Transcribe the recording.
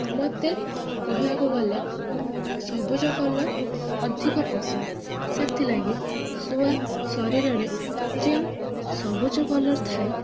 ମୋତେ କହିବାକୁ ଗଲେ ସବୁଜ କଲର ଅଧିକ ପସନ୍ଦ ସେଥିଲାଗି ଶୁଆ ଶରୀରରେ ଯେଉଁ ସବୁଜ କଲର ଥାଏ